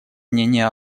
мнение